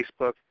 Facebook